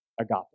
Agape